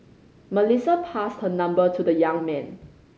Melissa passed her number to the young man